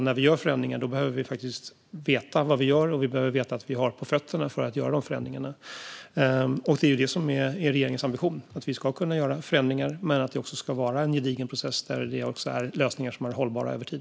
När vi gör förändringar behöver vi faktiskt veta vad vi gör, och vi behöver veta att vi har på fötterna för att göra de förändringarna. Det är det som är regeringens ambition: att vi ska kunna göra förändringar men att det också ska vara en gedigen process med lösningar som är hållbara över tid.